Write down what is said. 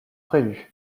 prévus